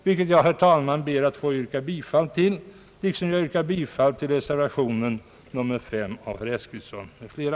Jag ber, herr talman, att få yrka bifall till utskottets hemställan liksom till reservation 5 av herr Eskilsson m.fl.